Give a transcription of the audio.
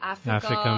Africa